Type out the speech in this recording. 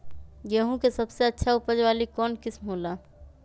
गेंहू के सबसे अच्छा उपज वाली कौन किस्म हो ला?